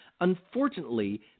unfortunately